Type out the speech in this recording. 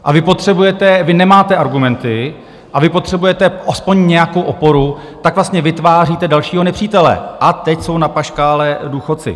A vy potřebujete, vy nemáte argumenty a vy potřebujete aspoň nějakou oporu, tak vlastně vytváříte dalšího nepřítele, a teď jsou na paškále důchodci.